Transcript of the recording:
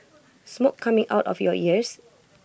smoke coming out of your ears